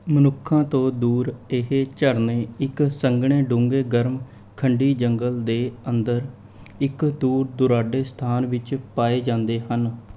ਮਨੁੱਖਾਂ ਤੋਂ ਦੂਰ ਇਹ ਝਰਨੇ ਇੱਕ ਸੰਘਣੇ ਡੂੰਘੇ ਗਰਮ ਖੰਡੀ ਜੰਗਲ ਦੇ ਅੰਦਰ ਇੱਕ ਦੂਰ ਦੁਰਾਡੇ ਸਥਾਨ ਵਿੱਚ ਪਾਏ ਜਾਂਦੇ ਹਨ